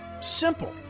Simple